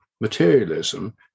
materialism